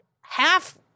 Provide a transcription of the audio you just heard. half